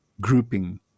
grouping